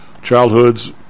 Childhoods